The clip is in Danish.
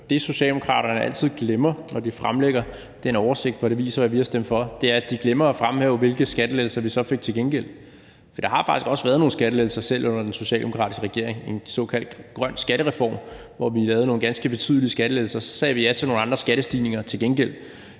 Det, Socialdemokraterne altid glemmer, når de fremlægger den oversigt, som viser, hvad vi har stemt for, er at fremhæve, hvilke skattelettelser vi så fik til gengæld, for der har faktisk også været nogle skattelettelser, selv under den socialdemokratiske regering. Der var en såkaldt grøn skattereform, hvor vi lavede nogle ganske betydelige skattelettelser, og så sagde vi ja til nogle andre skattestigninger til gengæld.